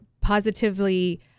positively